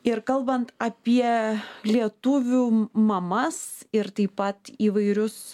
ir kalbant apie lietuvių mamas ir taip pat įvairius